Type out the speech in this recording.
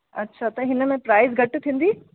अछा त हिन में प्राइज घटि थींदी